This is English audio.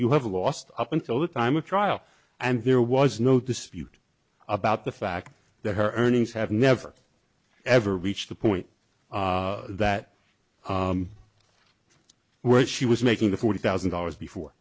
you have lost up until the time of trial and there was no dispute about the fact that her earnings have never ever reached the point that which she was making the forty thousand dollars before